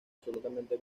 absolutamente